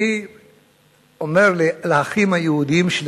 אני אומר לאחים היהודים שלי,